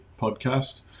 podcast